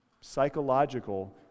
psychological